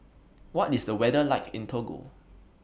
What IS The weather like in Togo